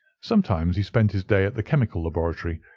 sometimes he spent his day at the chemical laboratory,